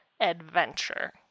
adventure